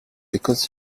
because